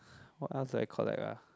what else do I collect ah